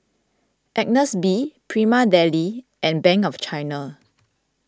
Agnes B Prima Deli and Bank of China